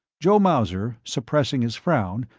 joe mauser, suppressing his frown,